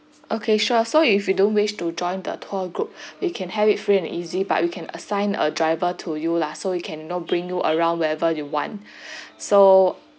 okay sure so if you don't wish to join the tour group you can have it free and easy but we can assign a driver to you lah so you can know bring you around wherever you want so